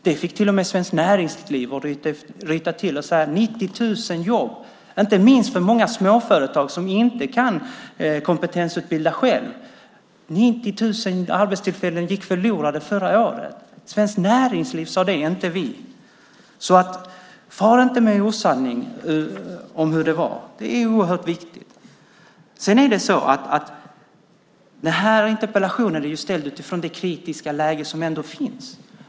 Det fick till och med Svenskt Näringsliv att ryta till när 90 000 arbetstillfällen, inte minst i många småföretag som inte själva kan kompetensutbilda, gick förlorade förra året. Svenskt Näringsliv sade det, inte vi. Far alltså inte med osanning om hur det var. Det är oerhört viktigt. Den här interpellationen är ställd utifrån det kritiska läge som finns.